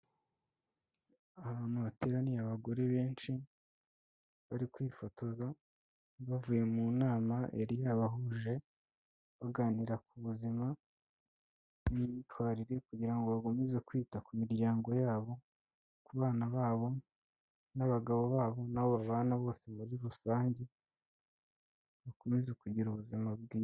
Ahantu hateraniye abagore benshi, bari kwifotoza, bavuye mu nama yari yabahuje baganiraga ku buzima n'imyitwarire kugira ngo bakomeze kwita ku miryango yabo ku bana babo n'abagabo babo n'abo babana bose muri rusange bakomeze kugira ubuzima bwiza.